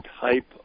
type